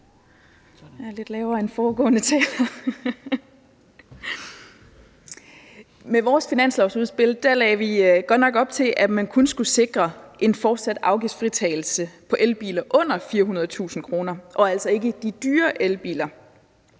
Med vores finanslovsudspil lagde vi godt nok op til, at man kun skulle sikre en fortsat afgiftsfritagelse på elbiler under 400.000 kr. og altså ikke de dyre elbiler.